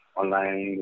online